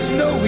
no